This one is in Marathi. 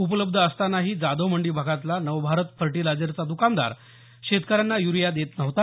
उपलब्ध असतानाही जाधवमंडी भागातला नवभारत फर्टिलायझरचा द्कानदार शेतकऱ्यांना युरिया देत नव्हता